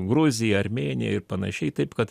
gruzija armėnija ir panašiai taip kad